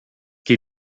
che